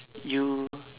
you